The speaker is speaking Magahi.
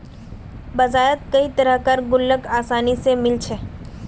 बजारत कई तरह कार गुल्लक आसानी से मिले जा छे